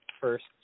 first